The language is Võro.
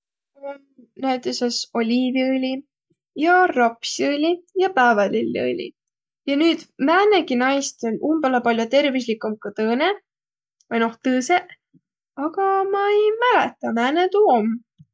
Om näütüses oliiviõli ja rapsiõli ja päävälilliõli. Ja nüüd, määnegi naist om umbõlõ pall'o tervüsligumb, ku tõõnõ, vai noh, tõõsõq, aga ma ei mälehtäq, määne tuu om.